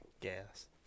gas